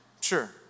Sure